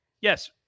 yes